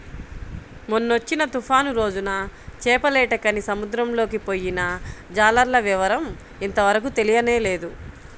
మొన్నొచ్చిన తుఫాను రోజున చేపలేటకని సముద్రంలోకి పొయ్యిన జాలర్ల వివరం ఇంతవరకు తెలియనేలేదు